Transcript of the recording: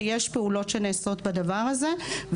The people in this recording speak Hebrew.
יש פה חפיפה כי יש מוסדות שהם תחת כפיפות של שני משרדי ממשלה שונים,